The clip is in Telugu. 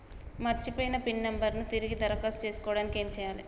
మర్చిపోయిన పిన్ నంబర్ ను తిరిగి దరఖాస్తు చేసుకోవడానికి ఏమి చేయాలే?